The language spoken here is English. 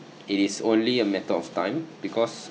it is only a matter of time because